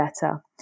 better